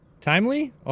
timely